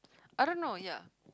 I don't know ya